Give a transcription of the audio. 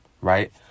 right